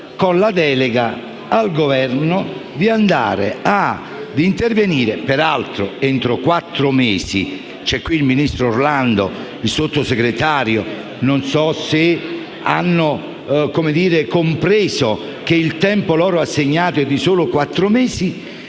con la delega al Governo ad intervenire (peraltro entro quattro mesi) - sono qui presenti il ministro Orlando e il Sottosegretario: non so se hanno compreso che il tempo loro assegnato è di solo quattro mesi